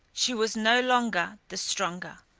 she was no longer the stronger.